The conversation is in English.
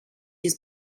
his